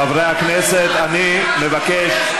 חברי הכנסת, אני מבקש.